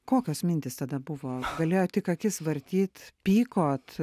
kokios mintys tada buvo galėjot tik akis vartyt pykot